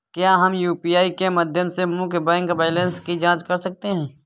क्या हम यू.पी.आई के माध्यम से मुख्य बैंक बैलेंस की जाँच कर सकते हैं?